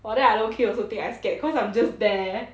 !wah! then I low key also think I scared cause I'm just there